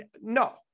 No